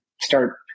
start